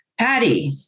Patty